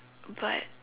but